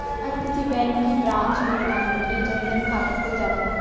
हर किसी बैंक की ब्रांच में प्रधानमंत्री जन धन खाता खुल जाता है